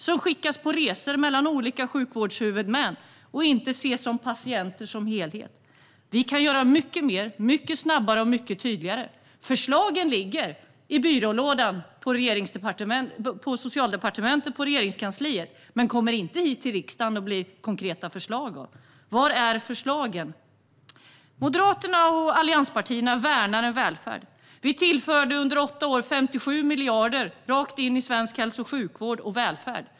De skickas mellan olika sjukvårdshuvudmän och ses inte som patienter som helhet. Vi kan göra mycket mer, mycket snabbare och mycket tydligare. Förslagen ligger i byrålådan på Socialdepartementet men kommer inte hit till riksdagen i form av konkreta förslag. Var är förslagen? Moderaterna och allianspartierna värnar om välfärden. Vi tillförde under åtta år 57 miljarder rakt in i svensk hälso och sjukvård och välfärd.